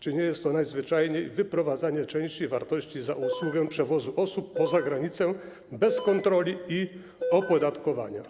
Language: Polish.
Czy nie jest to najzwyczajniej wyprowadzanie części wartości za usługę przewozu osób poza granicę bez kontroli i opodatkowania?